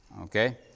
okay